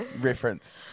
reference